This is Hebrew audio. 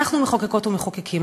אנחנו מחוקקות ומחוקקים,